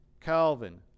Calvin